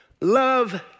Love